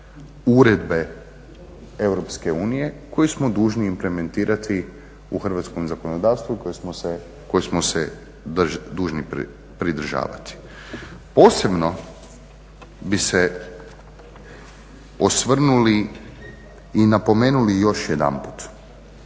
uredbe EU koji smo dužni implementirati u hrvatskom zakonodavstvu koje smo dužni pridržavati. Posebno bih se osvrnuli i napomenuli još jedanput,